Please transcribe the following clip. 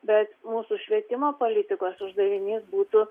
bet mūsų švietimo politikos uždavinys būtų